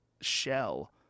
shell